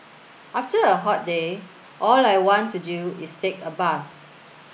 after a hot day all I want to do is take a bath